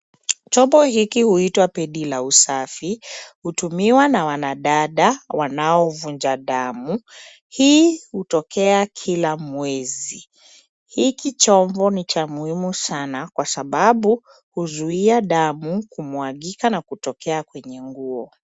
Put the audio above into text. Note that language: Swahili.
Chombo hiki huitwa pedi la usafi. Hutumiwa na wanadada wanaovuja damu. Hii hutokea kila mwezi. Hiki chombo ni cha muhimu sana, kwa sababu huzuia damu kumwagika na kutokea kwenye nguo.